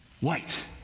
White